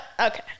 Okay